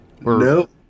Nope